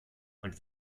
und